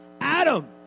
Adam